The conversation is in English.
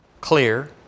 clear